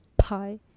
pie